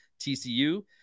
TCU